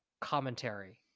commentary